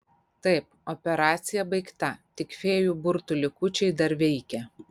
taip operacija baigta tik fėjų burtų likučiai dar veikia